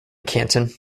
canton